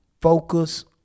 Focus